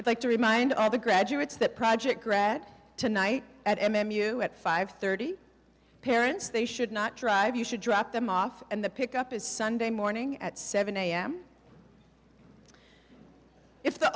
i'd like to remind all of the graduates that project grad tonight at m m u at five thirty parents they should not drive you should drop them off and the pick up is sunday morning at seven am if the